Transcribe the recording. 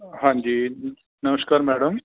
ਹਾਂਜੀ ਨਮਸ਼ਕਾਰ ਮੈਡਮ